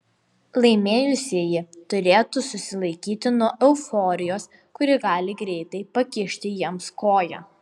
laimėjusieji turėtų susilaikyti nuo euforijos kuri gali greitai pakišti jiems koją